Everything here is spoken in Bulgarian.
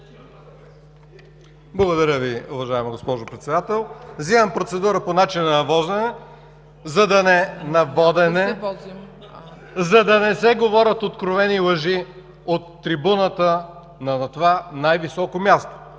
Благодаря, уважаема госпожо Председател. Вземам процедура по начина на водене, за да не се говорят откровени лъжи от трибуната на това най-високо място!